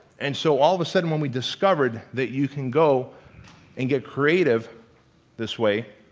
and so all of a sudden, when we discovered that you can go and get creative this way,